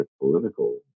political